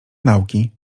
nauki